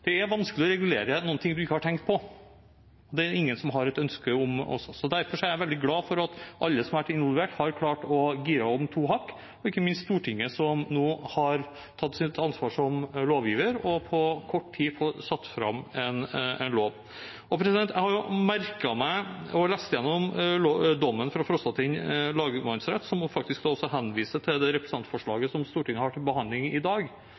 Det er vanskelig å regulere noe man ikke har tenkt på – det er det ingen som har et ønske om. Derfor er jeg veldig glad for at alle som har vært involvert, har klart å gire om to hakk, ikke minst Stortinget, som nå har tatt sitt ansvar som lovgiver og på kort tid fått satt fram en lov. Jeg har merket meg og lest gjennom dommen fra Frostating lagmannsrett, som faktisk også henviste til det representantforslaget som Stortinget har til behandling i dag,